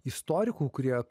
istorikų kurie